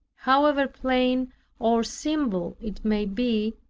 however plain or simple it may be,